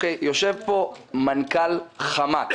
יושב פה מנכ"ל חמת,